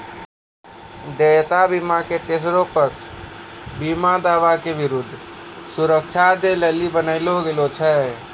देयता बीमा के तेसरो पक्ष बीमा दावा के विरुद्ध सुरक्षा दै लेली बनैलो गेलौ छै